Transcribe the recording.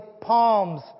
palms